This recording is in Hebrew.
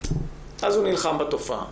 אז הוא נלחם בתופעה.